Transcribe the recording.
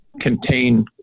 contain